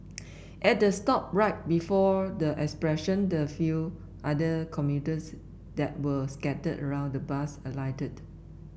at the stop right before the expression the few other commuters that were scattered around the bus alighted